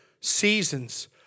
seasons